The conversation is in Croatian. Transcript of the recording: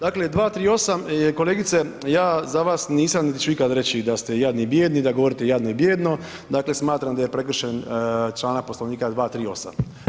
Dakle, 238. kolegice ja za vas nisam niti ću ikada reći da ste jadni i bijedni i da govorite jadno i bijedno, dakle smatram da je prekršen članak Poslovnika 238.